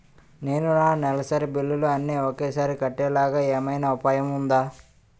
నేను నా నెలసరి బిల్లులు అన్ని ఒకేసారి కట్టేలాగా ఏమైనా ఉపాయం ఉందా?